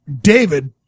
David